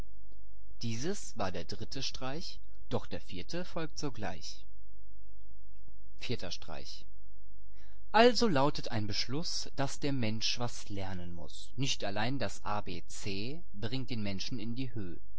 dieses war der dritte streich doch der vierte folgt sogleich vierter streich also lautet ein beschluß daß der mensch was lernen muß nicht allein das a b c bringt den menschen in die höh